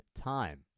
time